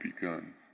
begun